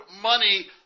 money